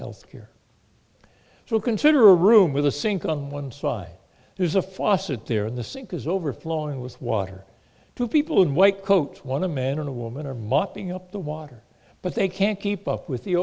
health care so consider a room with a sink on one side there's a faucet there in the sink is overflowing with water two people in white coats one a man and a woman are mopping up the water but they can't keep up with the